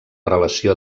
relació